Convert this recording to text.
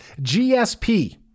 gsp